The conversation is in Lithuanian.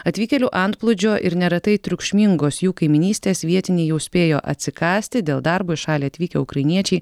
atvykėlių antplūdžio ir neretai triukšmingos jų kaimynystės vietiniai jau spėjo atsikąsti dėl darbo į šalį atvykę ukrainiečiai